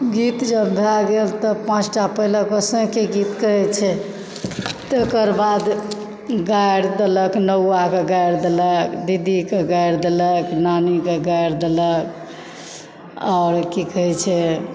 गीत जब भए गेल तऽ पाँचटा पहिले गोसाईके गीत कहै छै तेकर बाद गारि देलक नौआके गारि देलक दीदीके गारि देलक नानीके गारि देलक आ ओ की कहै छै